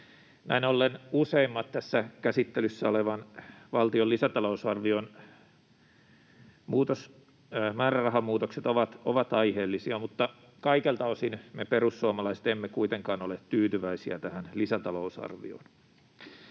Näin ollen useimmat tässä käsittelyssä olevan valtion lisätalousarvion määrärahamuutokset ovat aiheellisia, mutta kaikelta osin me perussuomalaiset emme kuitenkaan ole tyytyväisiä tähän lisätalousarvioon.